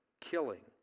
killing